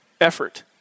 effort